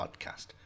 podcast